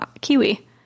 Kiwi